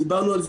ודיברנו על זה,